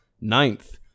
Ninth